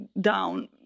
down